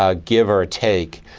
ah give or take,